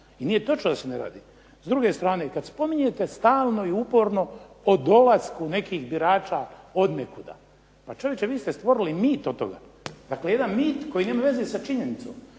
I nije točno da se ne radi. S druge strane, kad spominjete stalno i uporno o dolasku nekih birača od nekuda, pa čovječe vi ste stvorili mit od toga. Dakle jedan mit koji nema veze sa činjenicom.